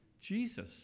Jesus